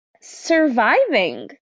surviving